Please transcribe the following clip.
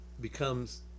becomes